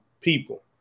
people